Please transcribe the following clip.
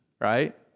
Right